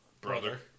brother